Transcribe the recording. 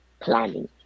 planning